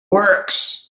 works